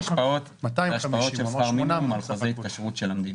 זה השפעות של שכר מינימום על חוזי התקשרות של המדינה.